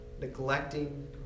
neglecting